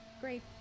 Great